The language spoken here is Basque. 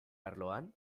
arloan